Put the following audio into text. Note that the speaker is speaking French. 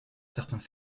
certains